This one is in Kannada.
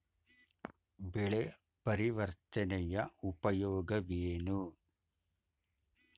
ಬೆಳೆ ಪರಿವರ್ತನೆಯ ಉಪಯೋಗವೇನು?